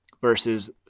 versus